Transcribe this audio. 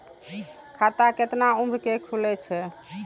खाता केतना उम्र के खुले छै?